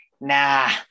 Nah